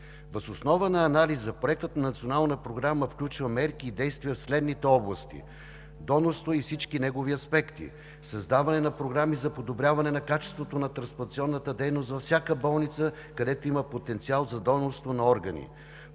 Въз основа на анализа проектът на национална програма включва мерки и действия в следните области: донорство и всички негови аспекти; създаване на програми за подобряване на качеството на трансплантационната дейност във всяка болница, където има потенциал за донорство на органи;